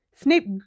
Snape